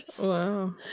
Wow